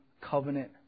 covenant